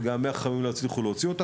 וגם מאה חכמים לא הצליחו להוציא אותה.